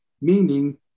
meaning